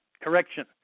correction